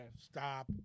Stop